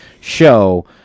show